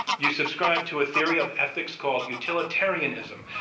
you subscribe to a theory of ethics called, utilitarianism.